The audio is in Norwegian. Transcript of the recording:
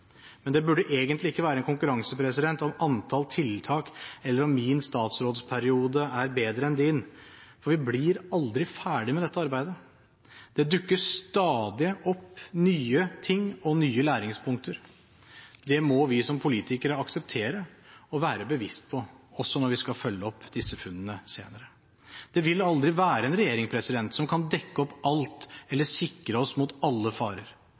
Men det burde egentlig ikke være en konkurranse om antall tiltak eller om min statsrådsperiode er bedre enn din, for vi blir aldri ferdig med dette arbeidet. Det dukker stadig opp nye ting og nye læringspunkter. Det må vi som politikere akseptere og være bevisst på, også når vi skal følge opp disse funnene senere. Det vil aldri være en regjering som kan dekke opp alt, eller sikre oss mot alle farer.